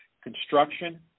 construction